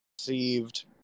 received